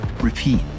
Repeat